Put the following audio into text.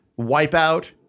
Wipeout